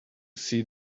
see